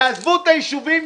יעזבו את היישובים,